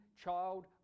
child